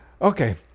Okay